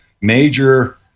major